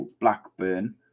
Blackburn